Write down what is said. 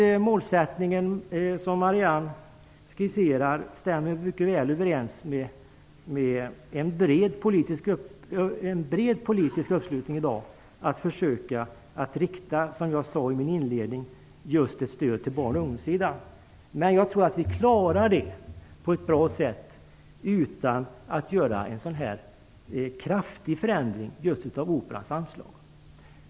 Den målsättning Marianne Andersson skisserar stämmer väl överens med en bred politisk uppslutning, nämligen att försöka rikta ett stöd till barn och ungdomssidan. Jag tror att vi klarar det utan att göra en så kraftig förändring av Operans anslag.